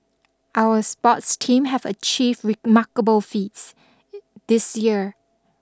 our sports team have achieved remarkable feats this year